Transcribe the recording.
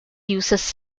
uses